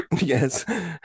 yes